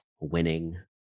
winning